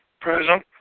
Present